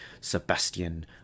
Sebastian